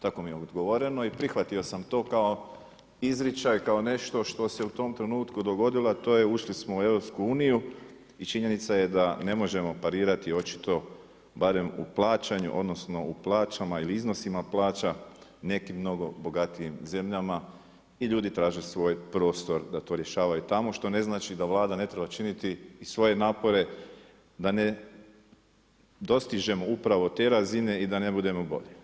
Tako mi je odgovoreno i prihvatio sam to kao izričaj, kao nešto što se u tom trenutku dogodilo a to je, ušli smo u EU i činjenica je da ne možemo parirati očito barem u plaćanju odnosno u plaćama ili u iznosima plaća nekim mnogo bogatijim zemljama i ljudi traže svoj prostor da to rješavaju tamo što ne znači da Vlada ne treba činiti i svoje napore da ne dostižemo upravo te razine i da ne budemo bolji.